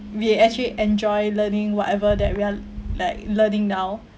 we actually enjoy learning whatever that we are like learning now